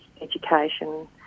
education